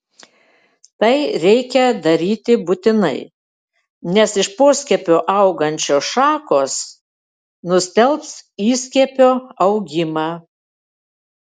tai reikia daryti būtinai nes iš poskiepio augančios šakos nustelbs įskiepio augimą